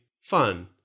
fun